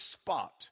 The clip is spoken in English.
spot